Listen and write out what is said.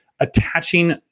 attaching